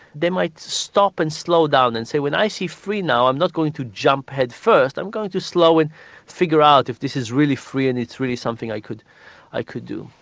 they might stop and slow down and say when i see free now i'm not going to jump head first, i'm going to go slow and figure out if this is really free and it's really something i could i could do.